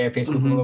Facebook